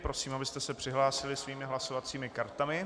Prosím, abyste se přihlásili svými hlasovacími kartami.